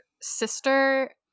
sister